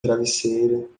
travesseiro